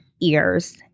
ears